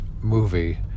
movie